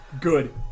good